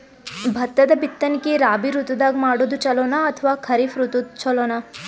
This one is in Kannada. ಭತ್ತದ ಬಿತ್ತನಕಿ ರಾಬಿ ಋತು ದಾಗ ಮಾಡೋದು ಚಲೋನ ಅಥವಾ ಖರೀಫ್ ಋತು ಚಲೋನ?